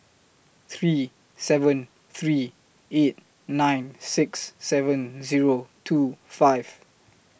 three seven three eight nine six seven Zero two five